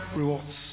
rewards